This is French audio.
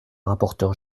rapporteure